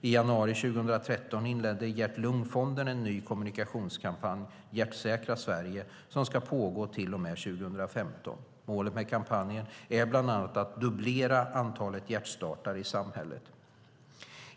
I januari 2013 inledde Hjärt-lungfonden en ny kommunikationskampanj, Hjärtsäkra Sverige, som ska pågå till och med 2015. Målet med kampanjen är bland annat att dubblera antalet hjärtstartare i samhället.